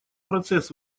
прогресс